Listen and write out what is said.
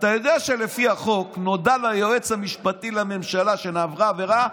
אתה יודע שלפי החוק אם נודע ליועץ המשפטי לממשלה שנעברה עבירה,